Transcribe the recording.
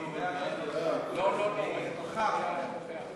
לא נתקבלה.